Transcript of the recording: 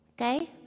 Okay